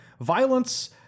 Violence